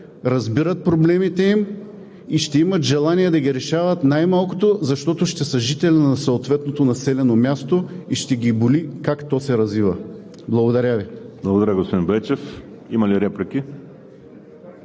разбират проблемите им и ще имат желание да ги решават най-малкото защото ще са жители на съответното населено място и ще ги боли как то се развива. Благодаря Ви. ПРЕДСЕДАТЕЛ ВАЛЕРИ СИМЕОНОВ: Благодаря, господин Байчев. Има ли реплики?